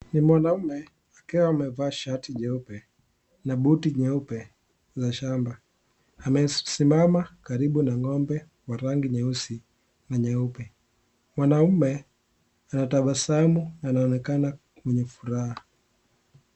Ni mwanaume akiwa amevaa shati jeupe na buti yeupe za shamba . Amesimama karibu na ngombe wa rangi nyeusi na nyeupe. Mwanaume anatabasamu anaonekana mwenye furaha.